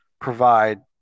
provide